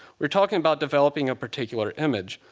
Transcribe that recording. we're talking about developing a particular image,